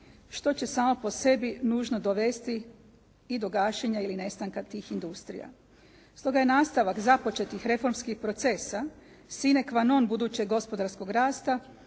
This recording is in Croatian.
što će samo po sebi nužno dovesti i do gašenja ili nestanka tih industrija. Stoga je nastavak započetih reformskih procesa, sinekvanon budućeg gospodarskog rasta,